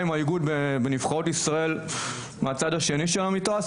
עם האיגוד בנבחרות ישראל מהצד השני של המתרס,